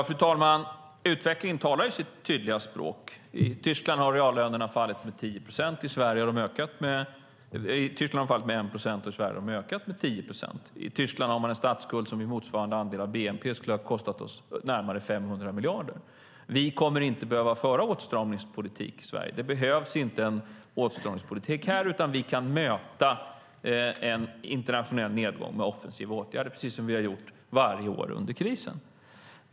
Fru talman! Utvecklingen talar sitt tydliga språk. I Tyskland har reallönerna fallit med 1 procent. I Sverige har de ökat med 10 procent. I Tyskland har man en statsskuld som i motsvarande andel av bnp skulle ha kostat oss närmare 500 miljarder. Vi kommer inte att behöva föra åtstramningspolitik i Sverige, utan vi kan möta en internationell nedgång med offensiva åtgärder precis som vi har gjort varje år under krisen.